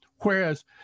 Whereas